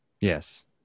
Yes